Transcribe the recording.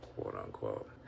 quote-unquote